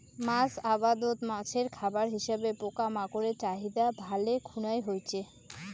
মাছ আবাদত মাছের খাবার হিসাবে পোকামাকড়ের চাহিদা ভালে খুনায় হইচে